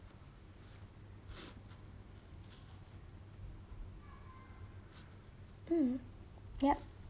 mm yup